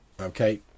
Okay